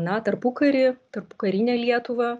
na tarpukarį tarpukarinę lietuvą